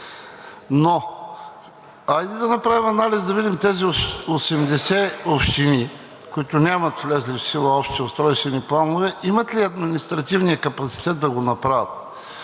Но хайде да направим анализ, да видим тези 80 общини, които нямат влезли в сила още устройствени планове, имат ли административния капацитет да го направят.